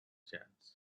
chance